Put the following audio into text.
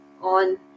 on